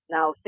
now